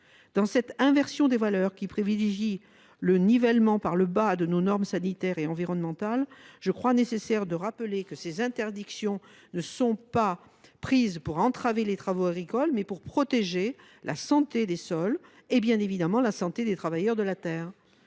à cette inversion des valeurs qui privilégie le nivellement par le bas de nos normes sanitaires et environnementales, je crois nécessaire de rappeler que ces interdictions de mise sur le marché sont ordonnées non pas pour entraver les travaux agricoles, mais pour protéger la santé des sols et, bien évidemment, celle des travailleurs de la terre.